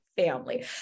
family